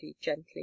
gently